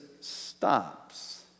stops